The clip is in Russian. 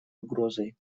угрозой